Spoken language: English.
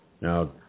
Now